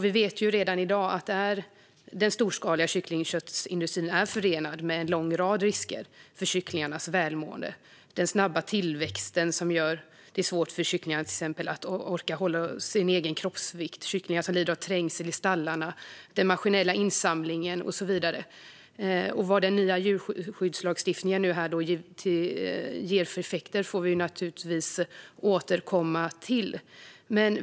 Vi vet redan i dag att den storskaliga kycklingköttindustrin är förenad med en lång rad risker för kycklingarnas välmående. Den snabba tillväxten gör det till exempel svårt för kycklingarna att orka hålla uppe sin egen kroppsvikt. Kycklingarna lider av trängseln i stallarna, den maskinella insamlingen och så vidare. Vad den nya djurskyddslagstiftningen ger för effekter får vi naturligtvis återkomma till.